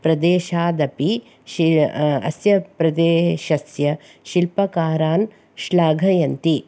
प्रदेशादपि शी अस्य प्रदेशस्य शिल्पकारान् श्लाघयन्ति